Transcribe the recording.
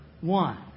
one